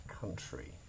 country